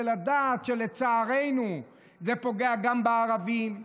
ולדעת שלצערנו זה פוגע גם בערבים,